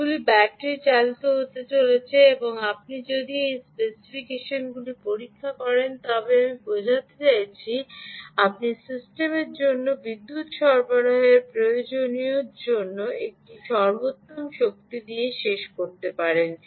এগুলি ব্যাটারি চালিত হতে চলেছে এবং আপনি যদি এই স্পেসিফিকেশনগুলি পরীক্ষা করে থাকেন তবে আমি বোঝাতে চাইছি আপনি সিস্টেমের জন্য বিদ্যুৎ সরবরাহের প্রয়োজনীয়তার জন্য একটি সর্বোত্তম শক্তি দিয়ে শেষ করতে পারেন